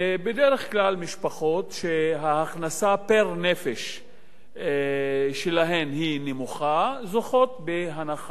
משפחות שההכנסה פר-נפש שלהן נמוכה זוכות בהנחה גבוהה,